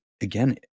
again